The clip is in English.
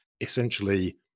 essentially